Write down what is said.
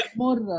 more